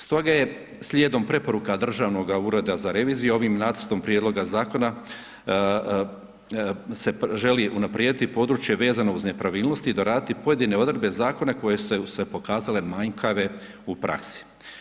Stoga je slijedom preporukom Državnog ureda za reviziju, ovim nacrtom prijedloga zakona, se želi unaprijediti područje vezano uz nepravilnosti, doraditi pojedine odredbe zakona, koje su se pokazale manjkave u praksi.